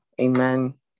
Amen